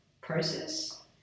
process